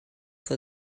for